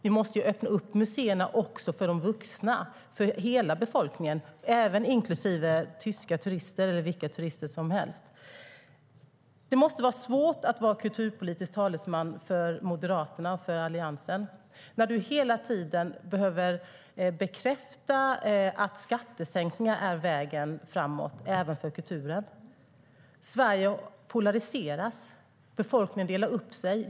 Vi måste öppna upp museerna också för de vuxna, för hela befolkningen, för tyska turister eller vilka turister som helst. Det måste vara svårt att vara kulturpolitisk talesman för Moderaterna och Alliansen när du hela tiden behöver bekräfta att skattesänkningar är vägen framåt även för kulturen. Sverige polariseras. Befolkningen delas upp.